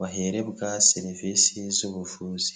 baherebwa serivisi z'ubuvuzi.